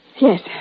Yes